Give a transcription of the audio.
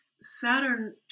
Saturn